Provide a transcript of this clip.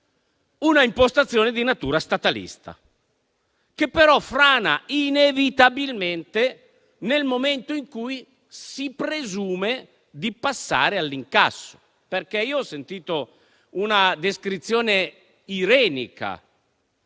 una impostazione di natura statalista, che però frana inevitabilmente nel momento in cui si presume di passare all'incasso. Poco fa, in quest'Aula, ho sentito una descrizione irenica.